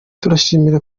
turashimira